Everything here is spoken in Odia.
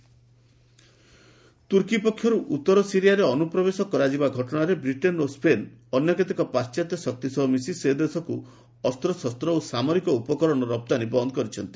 ଟର୍କି ଆର୍ମ ତ୍ରୁର୍କୀ ପକ୍ଷରୁ ଉତ୍ତର ସିରିଆରେ ଅନୁପ୍ରବେଶ କରାଯିବା ଘଟଣାରେ ବ୍ରିଟେନ୍ ଏବଂ ସ୍ୱେନ୍ ଅନ୍ୟ କେତେକ ପାଶ୍ଚାତ୍ୟ ଶକ୍ତି ସହ ମିଶି ସେ ଦେଶକୁ ଅସ୍ତ୍ରଶସ୍ତ ଓ ସାମରିକ ଉପକରଣ ରପ୍ତାନୀ ବନ୍ଦ କରିଛନ୍ତି